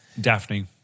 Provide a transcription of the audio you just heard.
Daphne